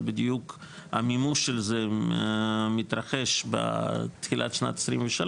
זה בדיוק המימוש של זה מתרחש בתחילת שנת 2023,